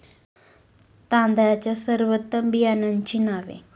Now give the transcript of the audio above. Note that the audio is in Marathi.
तांदळाच्या सर्वोत्तम बियाण्यांची नावे?